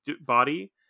body